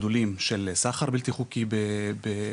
גדולים של סחר בלתי חוקי בפנטה,